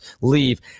leave